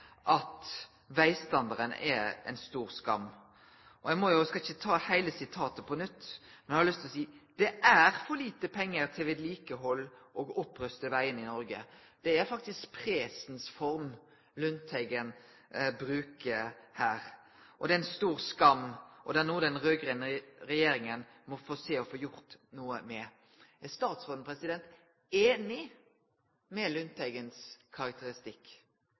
mener veistandarden er en stor skam», og at «Senterpartiets Per Olaf Lundteigen er kritisk til den rødgrønne regjeringens samferdselssatsing». «Det er for lite penger til å vedlikeholde og oppruste veiene i Norge. Det er en stor skam og det er noe den rødgrønne regjeringen må se å få gjort noe med,